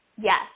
Yes